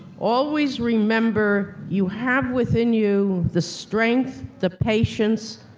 always remember, you have within you the strength, the patience,